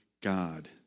God